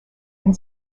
and